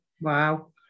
Wow